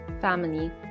family